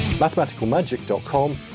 Mathematicalmagic.com